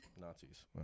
Nazis